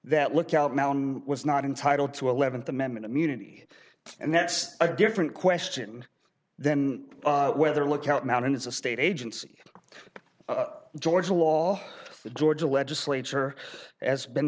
that lookout mountain was not entitled to eleventh amendment immunity and that's a different question than whether lookout mountain is a state agency or georgia law the georgia legislature has been